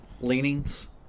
leanings